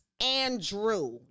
Andrew